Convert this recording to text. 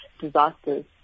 disasters